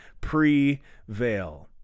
prevail